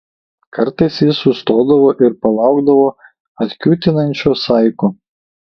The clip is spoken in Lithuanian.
kartais jis sustodavo ir palaukdavo atkiūtinančio saiko